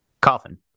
Coffin